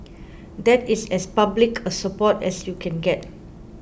that is as public a support as you can get